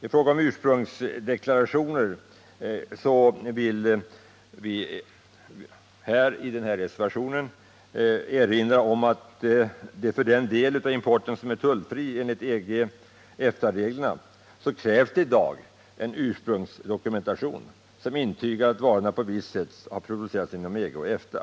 I fråga om ursprungsdeklarationer erinrar vi i reservationen 6 om att det för den del av importen som är tullfri enligt EG/EFTA-reglerna redan i dag krävs en ursprungsdokumentation som intygar att varorna på visst sätt producerats inom EG eller EFTA.